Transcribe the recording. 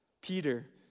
Peter